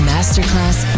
Masterclass